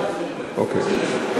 אוקיי,